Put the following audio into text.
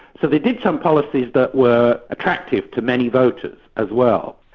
so they did some policies that were attractive to many voters as well.